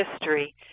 history